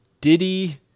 Diddy